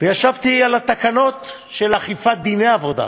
וישבתי על התקנות של אכיפת דיני עבודה.